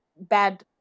bad